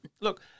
look